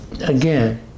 Again